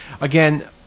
again